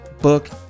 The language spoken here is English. book